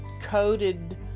coated